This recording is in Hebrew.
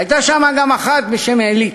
הייתה שם גם אחת בשם עלית,